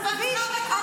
זה שלך, שלי, זה שלך.